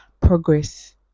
progress